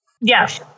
Yes